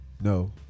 No